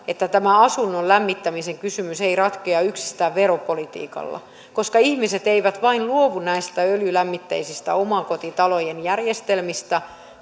että tämä asunnon lämmittämisen kysymys ei ratkea yksistään veropolitiikalla koska ihmiset eivät vain luovu näistä öljylämmitteisistä omakotitalojen järjestelmistä